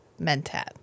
Mentat